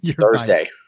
Thursday